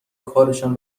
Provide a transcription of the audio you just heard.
کارشان